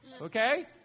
Okay